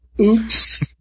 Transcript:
Oops